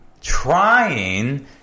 trying